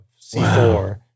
C4